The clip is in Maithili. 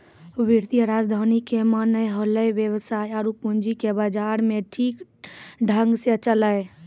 वित्तीय राजधानी के माने होलै वेवसाय आरु पूंजी के बाजार मे ठीक ढंग से चलैय